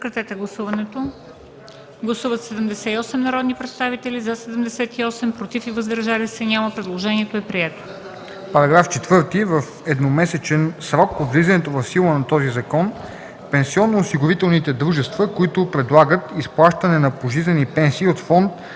§ 4: „§ 4. В едномесечен срок от влизането в сила на този закон пенсионноосигурителните дружества, които предлагат изплащане на пожизнени пенсии от фонд